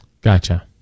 gotcha